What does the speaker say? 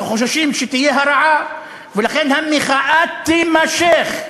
אנחנו חוששים שתהיה הרעה, ולכן המחאה תימשך,